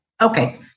Okay